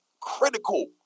critical